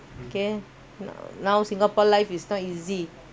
now now since march ah april you know how life